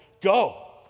Go